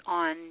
on